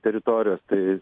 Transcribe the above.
teritorijos tai